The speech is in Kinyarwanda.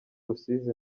rusizi